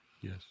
Yes